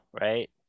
right